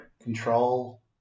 control